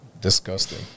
Disgusting